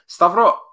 Stavro